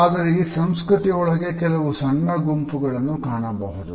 ಆದರೆ ಆ ಸಂಸ್ಕೃತಿಯೊಳಗೆ ಕೆಲವು ಸಣ್ಣ ಗುಂಪುಗಳನ್ನು ಕಾಣಬಹುದು